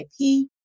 IP